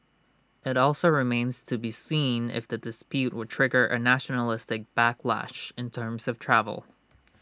IT also remains to be seen if the dispute would trigger A nationalistic backlash in terms of travel